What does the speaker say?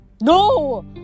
No